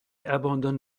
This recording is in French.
abandonne